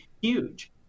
huge